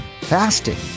Fasting